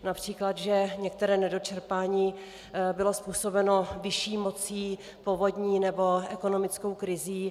Například že některé nedočerpání bylo způsobeno vyšší mocí, povodní nebo ekonomickou krizí.